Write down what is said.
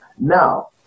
Now